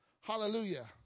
Hallelujah